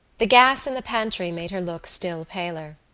the gas in the pantry made her look still paler.